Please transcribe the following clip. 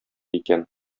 икән